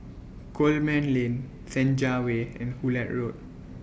Coleman Lane Senja Way and Hullet Road